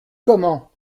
comment